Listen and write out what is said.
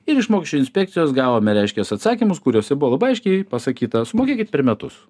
ir iš mokesčių inspekcijos gavome reiškias atsakymus kuriuose buvo labai aiškiai pasakyta sumokėkit per metus